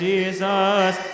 Jesus